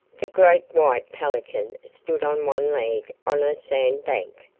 the great white pelican stood on one leg on a sand-bank,